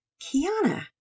Kiana